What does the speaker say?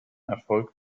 erfolgt